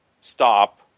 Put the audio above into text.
stop